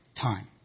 time